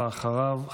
ואחריו,